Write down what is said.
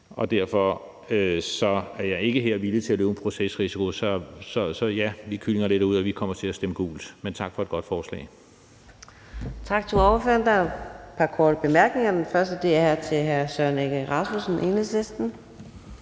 og derfor er jeg ikke her villig til at løbe en procesrisiko. Så ja, vi kyllinger lidt ud, og vi kommer til at stemme gult. Men tak for et godt forslag.